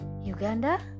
Uganda